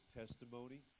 testimony